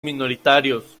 minoritarios